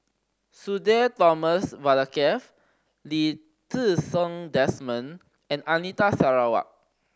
Sudhir Thomas Vadaketh Lee Ti Seng Desmond and Anita Sarawak